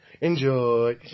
enjoy